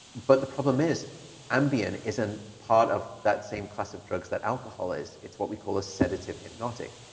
but the problem is ambien isn't part of that same class of drugs that alcohol is. it's what we call a sedative hypnotic.